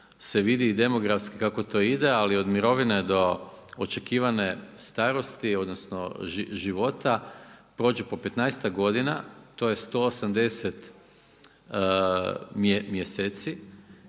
se vidi i demografski kako to ide, ali od mirovine do očekivane starosti odnosno života, prođe po petnaestak godina, to je 180 mjeseci,